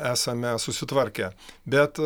esame susitvarkę bet